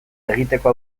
egiteko